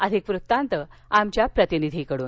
अधिक वृतांत आमच्या प्रतिनिधीकडून